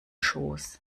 schoß